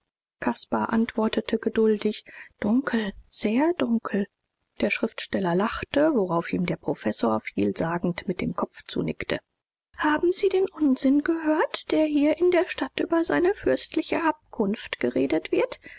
caspar antwortete geduldig dunkel sehr dunkel der schriftsteller lachte worauf ihm der professor vielsagend mit dem kopf zunickte haben sie den unsinn gehört der hier in der stadt über seine fürstliche abkunft geredet wird